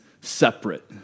separate